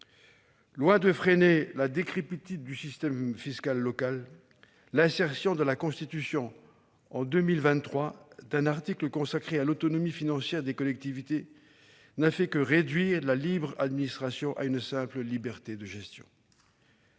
Loin de freiner la décrépitude du système fiscal local, l'introduction dans la Constitution d'un article consacré à l'autonomie financière des collectivités en 2003 n'a fait que réduire la libre administration à une simple liberté de gestion.